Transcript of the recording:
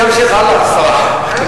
רציתי להמשיך הלאה, השרה.